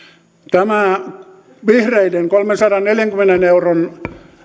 tämä vihreiden kolmensadanneljänkymmenen euron